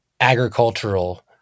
agricultural